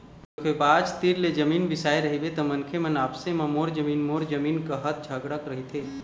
धोखेबाज तीर ले जमीन बिसाए रहिबे त मनखे मन आपसे म मोर जमीन मोर जमीन काहत झगड़त रहिथे